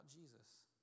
Jesus